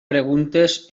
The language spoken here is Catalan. preguntes